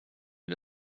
wie